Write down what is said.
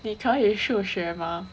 你可以数学吗